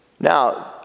Now